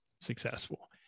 successful